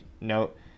note